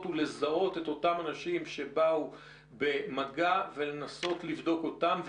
ולזהות את אותם אנשים שבאו במגע ולנסות לבדוק אותם,